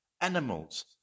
Animals